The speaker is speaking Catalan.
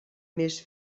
més